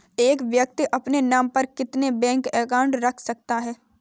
एक व्यक्ति अपने नाम पर कितने बैंक अकाउंट रख सकता है?